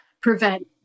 prevent